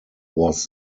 was